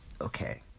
Okay